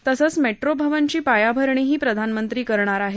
तसंच मेट्रो भवनची पायाभरणीही प्रधानमंत्री करणार आहेत